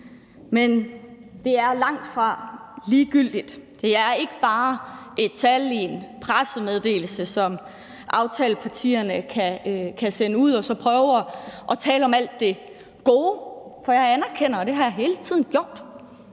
men det er langtfra ligegyldigt. Det er ikke bare et tal i en pressemeddelelse, som aftalepartierne kan sende ud og så prøve at tale om alt det gode. For jeg anerkender, og det har jeg hele tiden gjort,